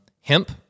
hemp